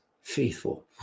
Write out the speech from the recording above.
faithful